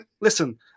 listen